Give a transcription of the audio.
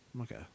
Okay